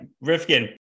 Rifkin